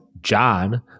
John